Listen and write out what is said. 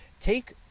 Take